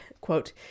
quote